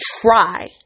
try